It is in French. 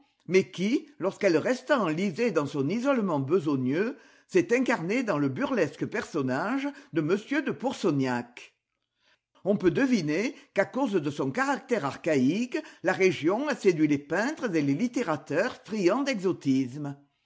mais qui lorsqu'elle resta enlisée dans son isolement besogneux s'est incarnée dans le burlesque personnage de m de pourceaugnac on peut deviner qu'à cause de son caractère archaïque la région a séduit les peintres et les littérateurs friands d'exotisme